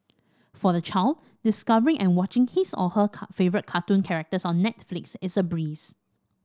for the child discovering and watching his or her favourite cartoon characters on Netflix is a breeze